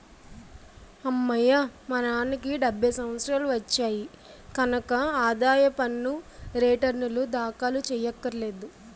అమ్మయ్యా మా నాన్నకి డెబ్భై సంవత్సరాలు వచ్చాయి కనక ఆదాయ పన్ను రేటర్నులు దాఖలు చెయ్యక్కర్లేదు